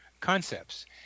concepts